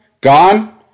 gone